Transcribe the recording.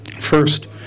first